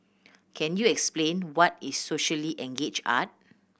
can you explain what is socially engage art